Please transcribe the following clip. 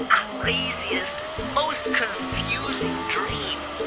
craziest most confusing dream